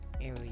area